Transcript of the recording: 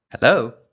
Hello